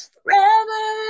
Forever